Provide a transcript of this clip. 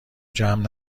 جمع